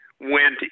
went